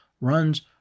runs